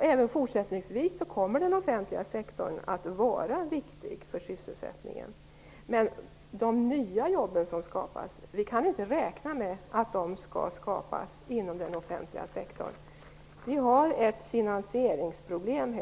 Även fortsättningsvis kommer den offentliga sektorn att vara viktig för sysselsättningen. Men vi kan inte räkna med att det skall skapas nya jobb inom den offentliga sektorn. Vi har helt enkelt ett finansieringsproblem.